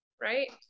right